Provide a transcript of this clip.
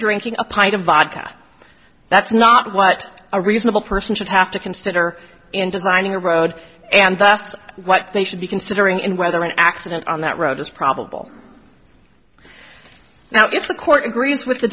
drinking a pint of vodka that's not what a reasonable person should have to consider in designing a road and that's what they should be considering whether an accident on that road is probable now if the court agrees with the